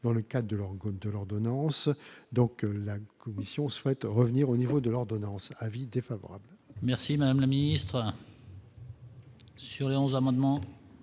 cas de l'orgue de l'ordonnance, donc la commission souhaite revenir au niveau de l'ordonnance : avis défavorable. Merci madame la ministre. Sur les 11 amendements.